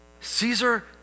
Caesar